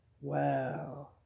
Wow